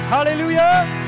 Hallelujah